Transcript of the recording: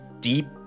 deep